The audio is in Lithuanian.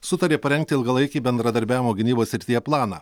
sutarė parengti ilgalaikį bendradarbiavimo gynybos srityje planą